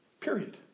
period